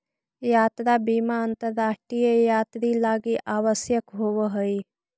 यात्रा बीमा अंतरराष्ट्रीय यात्रि लगी आवश्यक होवऽ हई